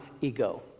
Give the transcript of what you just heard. ego